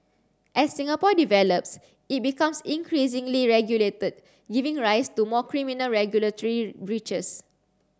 as Singapore develops it becomes increasingly regulated giving rise to more criminal regulatory breaches